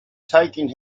taking